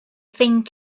thing